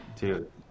dude